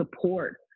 support